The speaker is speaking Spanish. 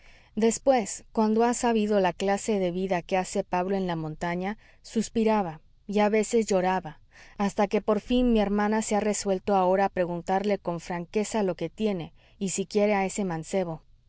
después cuando ha sabido la clase de vida que hace pablo en la montaña suspiraba y a veces lloraba hasta que por fin mi hermana se ha resuelto ahora a preguntarle con franqueza lo que tiene y si quiere a ese mancebo